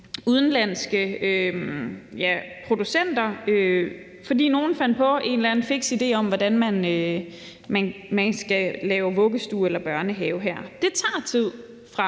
udenlandske producenter, fordi nogen havde en eller anden fiks idé om, hvordan man skal lave en vuggestue eller en børnehave her, og det tager tid fra